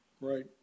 Right